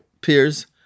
peers